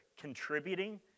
contributing